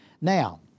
Now